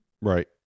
right